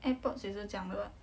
airpods 也是这样的 what